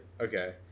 Okay